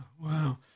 wow